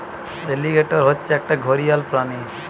alligator হচ্ছে একটা ঘড়িয়াল প্রাণী